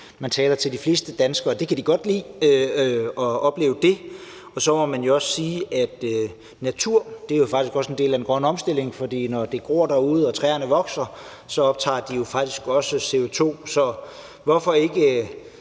man taler til de fleste danskere. De kan godt lide at opleve det. Så må man jo også sige, at mere natur faktisk også er en del af den grønne omstilling, for når det gror derude og træerne vokser, optager de jo faktisk også CO2, så hvorfor ikke